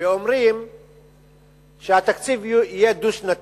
ואומרים שהתקציב יהיו דו-שנתי.